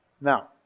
Now